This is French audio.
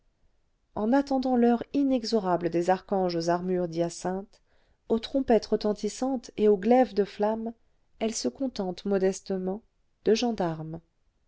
en attendant l'heure inexorable des archanges aux armures d'hyacinthe aux trompettes retentissantes et aux glaives de flamme elle se contente modestement de gendarmes